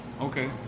Okay